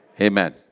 Amen